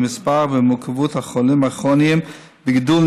במספר ובמורכבות של החולים הכרוניים וגידול